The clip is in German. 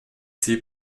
sie